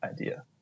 idea